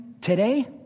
today